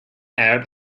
arab